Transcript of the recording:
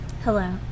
Hello